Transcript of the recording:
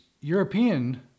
European